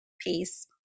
peace